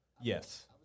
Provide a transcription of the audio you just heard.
Yes